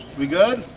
we good?